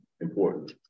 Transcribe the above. important